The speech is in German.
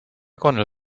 gondel